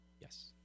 Yes